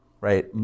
right